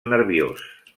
nerviós